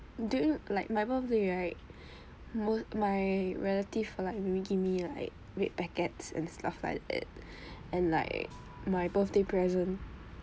do you like my birthday right mo~ my relative will like maybe give me like red packets and stuff like that and like my birthday present